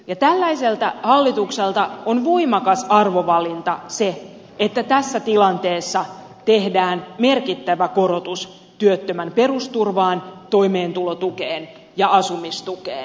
tällaiselta hallitukselta on voimakas arvovalinta se että tässä tilanteessa tehdään merkittävä korotus työttömän perusturvaan toimeentulotukeen ja asumistukeen